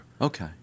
Okay